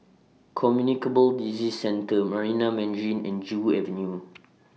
Communicable Disease Centre Marina Mandarin and Joo Avenue